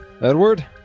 Edward